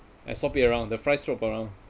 I swap it around the fries swap around